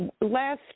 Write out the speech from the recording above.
Last